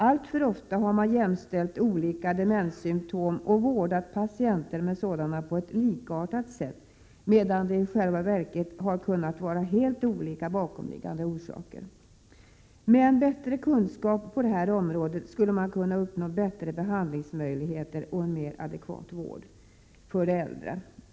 Alltför ofta har man jämställt olika demenssymptom och vårdat patienter med sådana på ett likartat sätt, medan det i själva verket har kunnat finnas helt olika bakomliggande orsaker. Med en bättre kunskap på det här området skulle man kunna uppnå bättre behandlingsmöjligheter och en mer adekvat vård för de äldre.